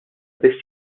biss